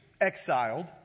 exiled